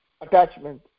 attachment